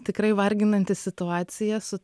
tikrai varginanti situacija su